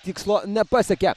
tikslo nepasiekia